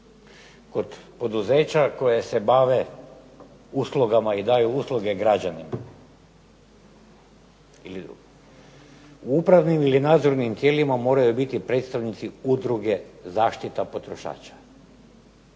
od poduzeća koje se bave uslugama i daju usluge građanima ili drugo, u upravnim i nadzornim tijelima moraju biti predstavnici Udruge zaštite potrošača.